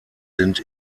sind